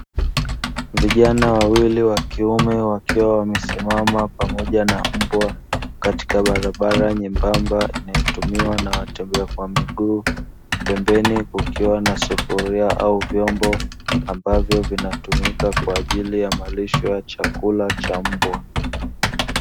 Vijana wawili wa kiume wakiwa wamesimama pamoja na mbwa katika barabara nyembamba inayotumiwa na wateja kwa miguu pembeni kukiwa na sufuria au vyombo ambavyo vinatumika kwa ajili ya malisho ya chakula cha mbwa.